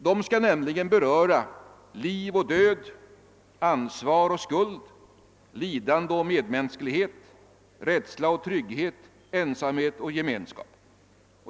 De skall nämligen beröra liv och död, ansvar och skuld, lidande och medmänsklighet, rädsla och trygghet samt ensamhet och gemenskap.